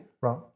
Right